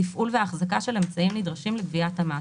תפעול ואחזקה של אמצעים נדרשים לגביית המס,